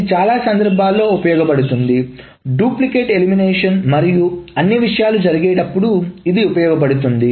ఇది చాలా సందర్భాల్లో ఉపయోగపడుతుంది డూప్లికేట్ ఎలిమినేషన్ మరియు అన్ని విషయాలు జరిగేటప్పుడు ఇది ఉపయోగపడుతుంది